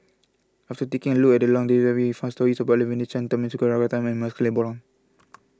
after taking a look at fast stories Chang Tharman Shanmugaratnam and MaxLe Blond